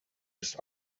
ist